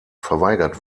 verweigert